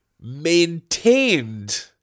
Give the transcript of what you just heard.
maintained